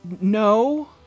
No